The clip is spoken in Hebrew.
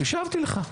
השבתי לך.